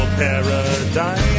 paradise